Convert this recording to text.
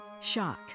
shock